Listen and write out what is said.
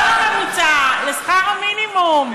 לא לממוצע, לשכר המינימום.